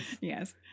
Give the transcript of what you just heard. Yes